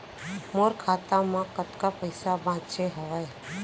मोर खाता मा कतका पइसा बांचे हवय?